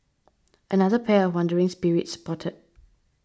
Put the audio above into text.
another pair of wandering spirits spotted